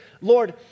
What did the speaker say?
Lord